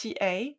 TA